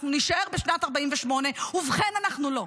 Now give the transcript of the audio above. אנחנו נישאר בשנת 1948. ובכן, אנחנו לא,